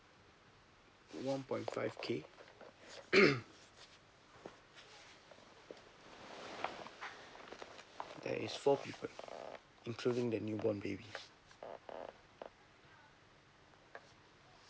one point five K there is four people including the newborn baby